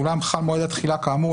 'ואולם חל מועד התחילה כאמור',